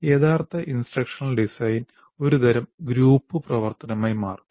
യഥാർത്ഥ instructional design ഒരു തരം ഗ്രൂപ്പ് പ്രവർത്തനമായി മാറുന്നു